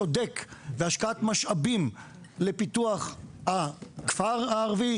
צודק והשקעת משאבים לפיתוח הכפר הערבי,